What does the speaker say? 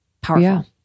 Powerful